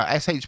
SH